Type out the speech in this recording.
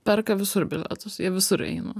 perka visur bilietus jie visur eina